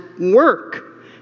work